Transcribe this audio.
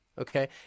Okay